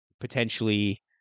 potentially